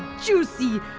juicy.